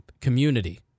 community